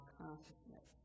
consciousness